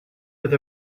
with